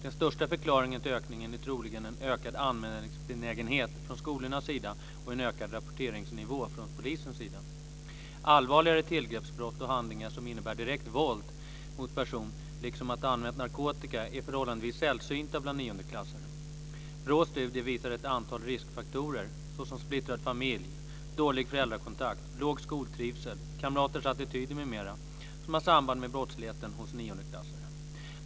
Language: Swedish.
Den största förklaringen till ökningen är troligen en ökad anmälningsbenägenhet från skolornas sida och en ökad rapporteringsnivå från polisens sida. Allvarligare tillgreppsbrott och handlingar som innebär direkt våld mot person liksom att ha använt narkotika är förhållandevis sällsynt bland niondeklassare. BRÅ:s studie visar att ett antal riskfaktorer såsom splittrad familj, dålig föräldrakontakt, låg skoltrivsel, kamraters attityder m.m. har samband med brottsligheten hos niondeklassare.